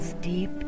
deep